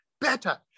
better